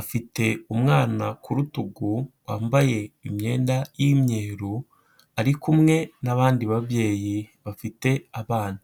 afite umwana ku rutugu wambaye imyenda y'imyeru, ari kumwe n'abandi babyeyi bafite abana.